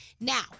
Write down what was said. Now